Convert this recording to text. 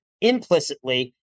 implicitly